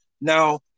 Now